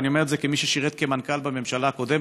ואני אומר את זה כמי ששירת כמנכ"ל בממשלה הקודמת,